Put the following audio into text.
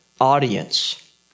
audience